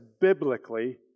biblically